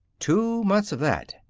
two months of that.